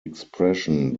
expression